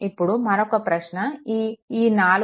ఇప్పుడు మరొక ప్రశ్న ఈ 4